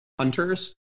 hunters